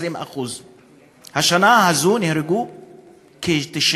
20%. השנה הזאת נהרגו 93,